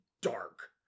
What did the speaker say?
dark